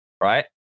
right